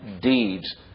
deeds